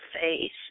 face